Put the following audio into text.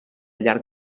llarg